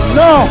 no